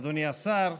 אדוני השר,